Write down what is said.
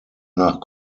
nach